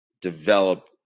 develop